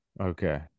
Okay